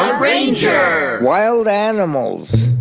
ranger! wild animals.